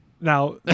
Now